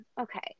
okay